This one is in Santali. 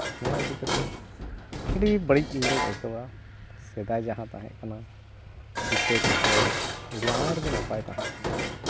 ᱱᱚᱣᱟ ᱤᱫᱤ ᱠᱟᱛᱮᱫ ᱟᱹᱰᱤ ᱵᱟᱹᱲᱤᱡ ᱤᱧᱫᱚᱧ ᱟᱹᱭᱠᱟᱹᱣᱟ ᱥᱮᱫᱟᱭ ᱡᱟᱦᱟᱸ ᱛᱟᱦᱮᱸ ᱠᱟᱱᱟ ᱡᱩᱛᱟᱹ ᱪᱚᱯᱯᱚᱞ ᱟᱹᱰᱤ ᱟᱸᱴ ᱜᱮ ᱱᱟᱯᱟᱭ ᱛᱟᱦᱮᱸ ᱠᱟᱱᱟ